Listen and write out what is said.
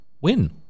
win